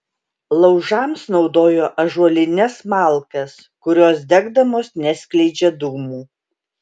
laužams naudojo ąžuolines malkas kurios degdamos neskleidžia dūmų